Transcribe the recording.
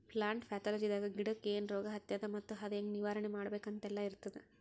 plant ಪ್ಯಾಥೊಲಜಿದಾಗ ಗಿಡಕ್ಕ್ ಏನ್ ರೋಗ್ ಹತ್ಯಾದ ಮತ್ತ್ ಅದು ಹೆಂಗ್ ನಿವಾರಣೆ ಮಾಡ್ಬೇಕ್ ಅಂತೆಲ್ಲಾ ಇರ್ತದ್